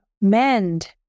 mend